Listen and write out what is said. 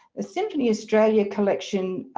the symphony australia collection